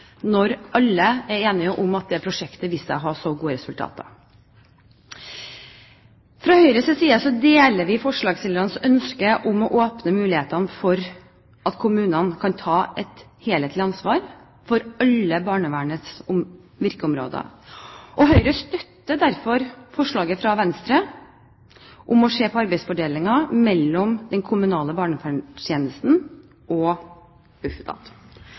når alle er enige om at prosjektet viste seg å ha så gode resultater. Fra Høyres side deler vi forslagsstillernes ønske om å åpne mulighetene for at kommunene kan ta et helhetlig ansvar for alle barnevernets virkeområder. Høyre støtter derfor forslaget fra Venstre om å se på arbeidsfordelingen mellom den kommunale barnevernstjenesten og